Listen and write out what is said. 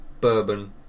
bourbon